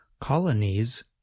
Colonies